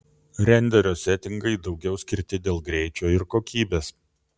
renderio setingai daugiau skirti dėl greičio ir kokybės